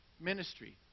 ministry